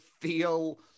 feel